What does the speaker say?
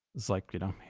was like, you know,